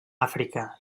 àfrica